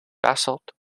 basalt